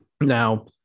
Now